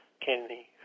Kennedy